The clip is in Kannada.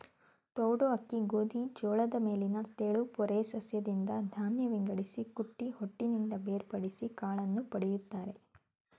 ತೌಡು ಅಕ್ಕಿ ಗೋಧಿ ಜೋಳದ ಮೇಲಿನ ತೆಳುಪೊರೆ ಸಸ್ಯದಿಂದ ಧಾನ್ಯ ವಿಂಗಡಿಸಿ ಕುಟ್ಟಿ ಹೊಟ್ಟಿನಿಂದ ಬೇರ್ಪಡಿಸಿ ಕಾಳನ್ನು ಪಡಿತರೆ